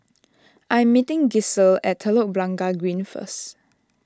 I am meeting Giselle at Telok Blangah Green first